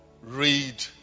Read